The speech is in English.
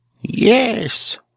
Yes